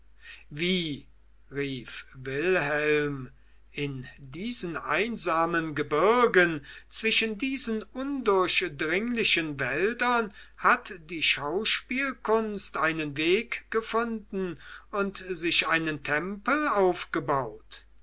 wie rief wilhelm in diesen einsamen gebirgen zwischen diesen undurchdringlichen wäldern hat die schauspielkunst einen weg gefunden und sich einen tempel aufgebaut